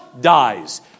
dies